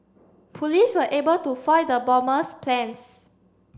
police were able to foil the bomber's plans